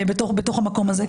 בתוך המקום הזה.